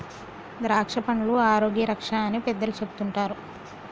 ద్రాక్షపండ్లు ఆరోగ్య రక్ష అని పెద్దలు చెపుతుంటారు